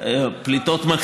הפליטות בפועל,